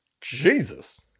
Jesus